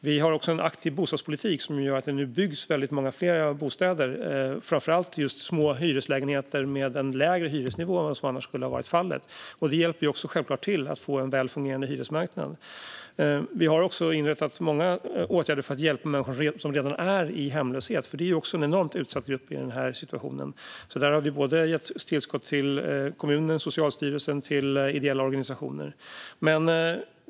Vi har också en aktiv bostadspolitik, som gör att det nu byggs väldigt många fler bostäder - framför allt just små hyreslägenheter med en lägre hyresnivå än vad som annars skulle ha varit fallet. Det hjälper självklart till när det gäller att få en väl fungerande hyresmarknad. Vi har också vidtagit många åtgärder för att hjälpa människor som redan är i hemlöshet, för det är också en enormt utsatt grupp i den här situationen. Vi har gett tillskott till såväl kommuner och Socialstyrelsen som ideella organisationer.